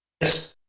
as